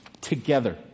together